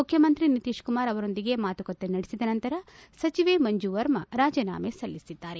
ಮುಖ್ಯಮಂತ್ರಿ ನಿತೀಶ್ಕುಮಾರ್ ಅವರೊಂದಿಗೆ ಮಾತುಕತೆ ನಡೆಸಿದ ನಂತರ ಸಚಿವೆ ಮಂಜು ವರ್ಮ ರಾಜೀನಾಮೆ ಸಲ್ಲಿಸಿದ್ದಾರೆ